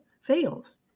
fails